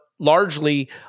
largely